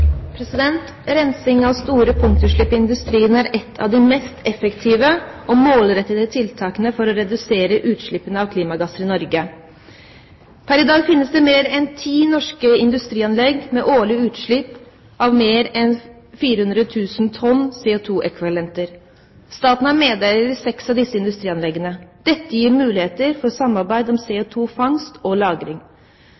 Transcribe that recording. av de mest effektive og målrettede tiltakene for å redusere utslipp av klimagasser i Norge. Per i dag finnes det mer enn ti norske industrianlegg med årlig utslipp av mer enn 400 000 tonn CO2-ekvivalenter. Staten er medeier i seks av disse industrianleggene. Dette gir muligheter for samarbeid om